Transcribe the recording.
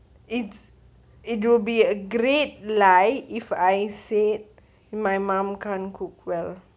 it it will be a great lie if I said my mum can't cook well